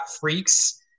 freaks